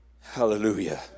Hallelujah